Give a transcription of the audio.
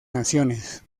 naciones